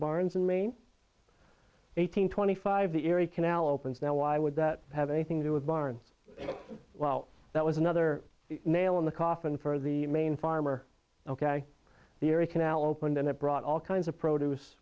barns in maine eighteen twenty five the erie canal opens now why would that have anything to do with barn well that was another nail in the coffin for the maine farmer ok the area canal opened and it brought all kinds of produce